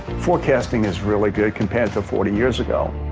forecasting is really good compared to forty years ago.